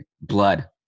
Blood